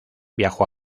viajó